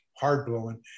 hard-blowing